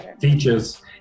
Features